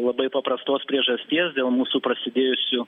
labai paprastos priežasties dėl mūsų prasidėjusių